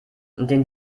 den